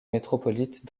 métropolite